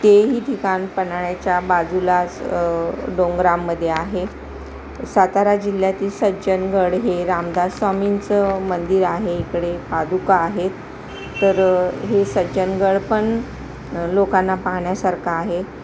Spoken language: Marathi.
तेही ठिकाण पन्हाळ्याच्या बाजूलाच डोंगरामध्ये आहे सातारा जिल्ह्यातील सज्जनगड हे रामदास स्वामींचं मंदिर आहे इकडे पादुका आहेत तर हे सज्जनगड पण लोकांना पाहण्यासारखं आहे